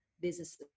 businesses